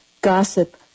gossip